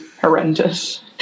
horrendous